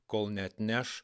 kol neatneš